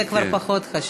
זה כבר פחות חשוב.